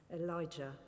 Elijah